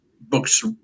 books